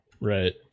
Right